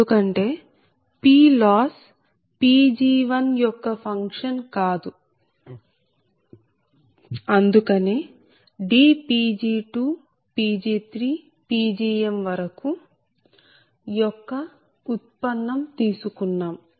ఎందుకంటే PLoss Pg1 యొక్క function కాదు అందుకనే Pg2Pg3Pgm యొక్క ఉత్పన్నం తీసుకున్నాం